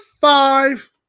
five